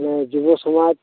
ᱱᱚᱣᱟ ᱡᱩᱵᱚ ᱥᱚᱢᱟᱡ